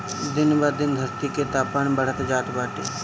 दिन ब दिन धरती के तापमान बढ़त जात बाटे